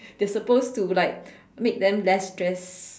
they're supposed to like make them less stressed